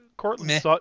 Courtland